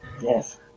Yes